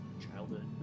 Childhood